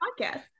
podcast